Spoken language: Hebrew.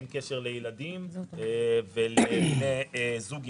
אין קשר לילדים ולבני זוג,